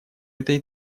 этой